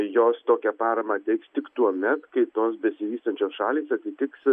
jos tokią paramą teiks tik tuomet kai tos besivystančios šalys atitiks